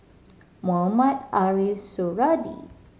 Mohamed Ariff Suradi